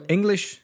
English